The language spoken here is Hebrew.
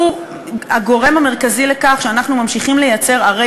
והיא הגורם המרכזי לכך שאנחנו ממשיכים לייצר ערי